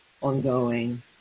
ongoing